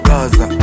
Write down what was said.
Gaza